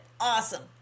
Awesome